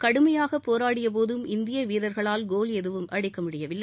கடுமையாக போராடியபோதும் இந்திய வீரர்களால் கோல் ஏதும் அடிக்க முடியவில்லை